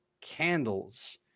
candles